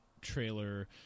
trailer